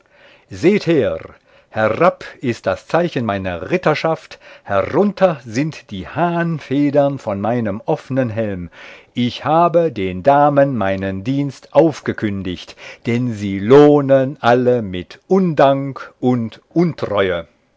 seht her herab ist das zeichen meiner ritterschaft herunter sind die hahnfedern von meinem offnen helm ich habe den damen meinen dienst aufgekündigt denn sie lohnen alle mit undank und untreue